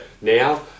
now